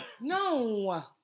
No